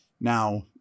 Now